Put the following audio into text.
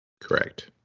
Correct